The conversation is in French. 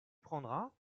prendras